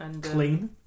clean